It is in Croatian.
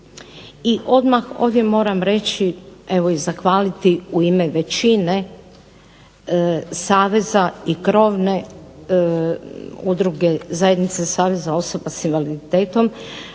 I odmah ovdje moram reći, evo i zahvaliti u ime većine, saveza i krovne udruge, Zajednice saveza osoba s invaliditetom